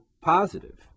positive